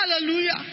hallelujah